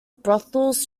brothels